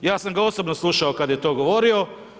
Ja sam ga osobno slušao kada je to govorio.